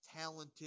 talented